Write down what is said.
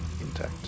intact